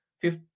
fifth